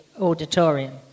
auditorium